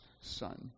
Son